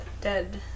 dead